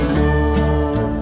more